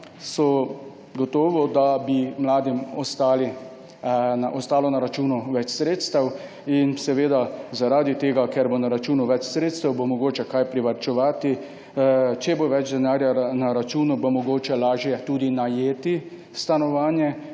so, da bi mladim ostalo na računu več sredstev. Ker bo na računu več sredstev, bo mogoče kaj privarčevati. Če bo več denarja na računu, bo mogoče lažje tudi najeti stanovanje,